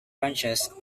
ranches